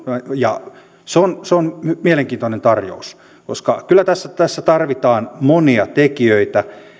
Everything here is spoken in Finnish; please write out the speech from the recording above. ja se on se on mielenkiintoinen tarjous koska kyllä tässä tässä tarvitaan monia tekijöitä